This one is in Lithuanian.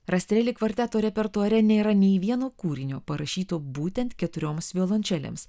rastreli kvarteto repertuare nėra nei vieno kūrinio parašyto būtent keturioms violončelėms